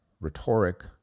rhetoric